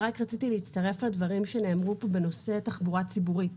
רציתי להצטרף לדברים שנאמרו פה בנושא תחבורה ציבורית.